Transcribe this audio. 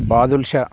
badusha